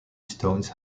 stones